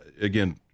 again